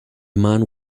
man